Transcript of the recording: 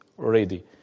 already